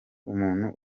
umuntu